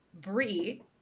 Brie